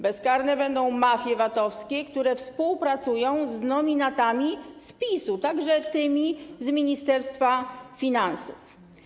Bezkarne będą mafie VAT-owskie, które współpracują z nominatami z PiS-u, także z tymi z Ministerstwa Finansów.